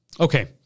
Okay